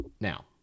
Now